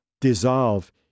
dissolve